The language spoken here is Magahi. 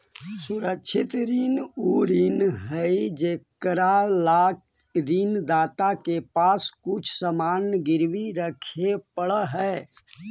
सुरक्षित ऋण उ ऋण हइ जेकरा ला ऋण दाता के पास कुछ सामान गिरवी रखे पड़ऽ हइ